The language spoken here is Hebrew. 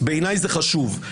בעיניי זה חשוב.